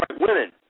women